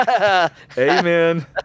Amen